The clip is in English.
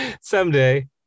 Someday